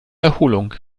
erholung